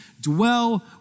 dwell